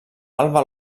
alba